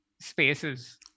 spaces